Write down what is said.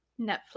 Netflix